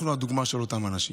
אנחנו הדוגמה של אותם אנשים.